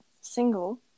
single